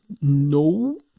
no